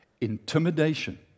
Intimidation